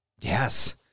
Yes